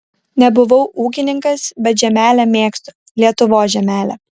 nebuvau ūkininkas bet žemelę mėgstu lietuvos žemelę